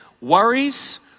worries